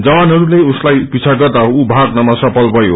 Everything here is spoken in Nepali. जवानहरूले उसलाई पीछा गर्दा उ भागनमा सफल भयो